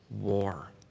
war